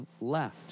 left